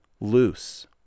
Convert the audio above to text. loose